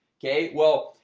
okay well,